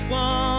one